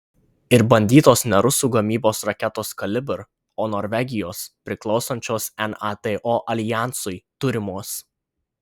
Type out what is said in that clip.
ir bandytos ne rusų gamybos raketos kalibr o norvegijos priklausančios nato aljansui turimos